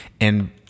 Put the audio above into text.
and-